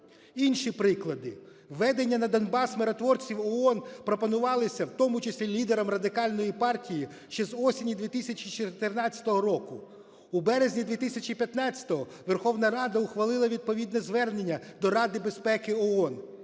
Інші приклади. Введення на Донбас миротворців ООН пропонувалися в тому числі лідером Радикальної партії ще з осені 2014 року. У березні 2015-го Верховна Рада ухвалила відповідне звернення до Ради безпеки ООН.